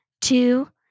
two